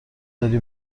داری